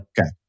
Okay